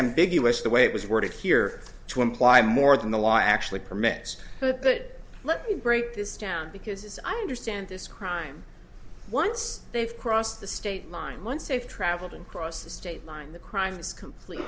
ambiguous the way it was worded here to imply more than the law actually permits it let me break this down because as i understand this crime once they've crossed the state line once they've travelled across the state line the crimes complete